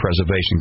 preservation